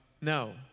no